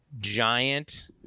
giant